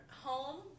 home